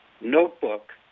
notebook